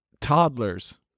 toddlers